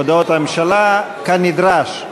הודעות הממשלה כנדרש.